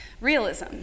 realism